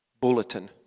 bulletin